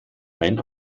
ein